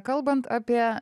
kalbant apie